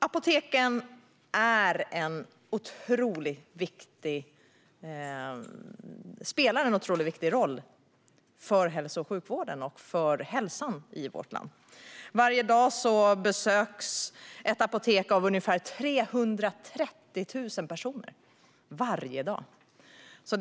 Apoteken spelar en otroligt viktig roll för hälso och sjukvården och för hälsan i vårt land. Varje dag besöker ungefär 330 000 personer ett apotek.